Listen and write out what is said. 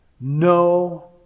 no